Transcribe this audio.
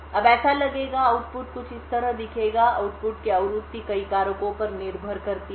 अब ऐसा लगेगा आउटपुट कुछ इस तरह दिखेगा आउटपुट की आवृत्ति कई कारकों पर निर्भर करती है